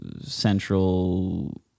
central